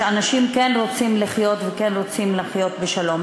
שאנשים כן רוצים לחיות, וכן רוצים לחיות בשלום.